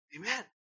amen